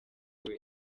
ariwe